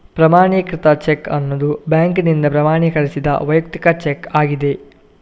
ಪ್ರಮಾಣೀಕೃತ ಚೆಕ್ ಅನ್ನುದು ಬ್ಯಾಂಕಿನಿಂದ ಪ್ರಮಾಣೀಕರಿಸಿದ ವೈಯಕ್ತಿಕ ಚೆಕ್ ಆಗಿದೆ